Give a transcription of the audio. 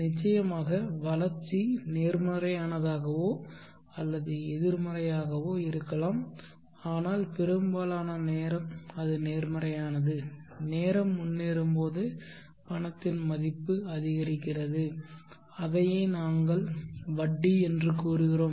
நிச்சயமாக வளர்ச்சி நேர்மறையானதாகவோ அல்லது எதிர்மறையாகவோ இருக்கலாம் ஆனால் பெரும்பாலான நேரம் அது நேர்மறையானது நேரம் முன்னேறும்போது பணத்தின் மதிப்பு அதிகரிக்கிறது அதையே நாங்கள் வட்டி என்று கூறுகிறோம்